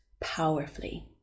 powerfully